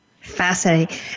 Fascinating